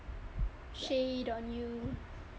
shade on you